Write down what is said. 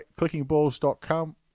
Clickingballs.com